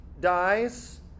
dies